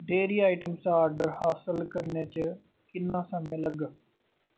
dairy item दा order हासल करने च किन्ना समां लग्गग